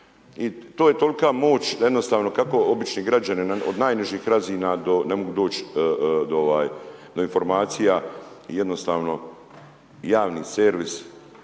I to je toliko moći da jednostavno kako obični građani od najnižih razina ne mogući doći do informacija, jednostavno javni servis